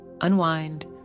unwind